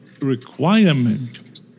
requirement